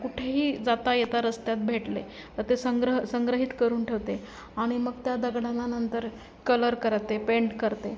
कुठेही जाता येता रस्त्यात भेटले तर ते संग्रह संग्रहित करून ठेवते आहे आणि मग त्या दगडांना नंतर कलर करते पेंट करते